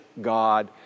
God